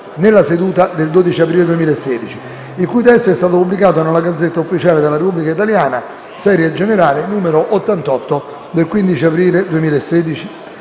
nella seduta del 12 aprile 2016, il cui testo è stato pubblicato nella *Gazzetta Ufficiale* della Repubblica italiana - serie generale n. 88 dei 15 aprile 2016,